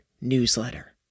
newsletter